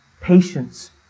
patience